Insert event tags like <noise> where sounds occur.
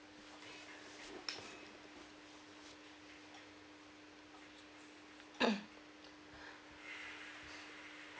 <coughs>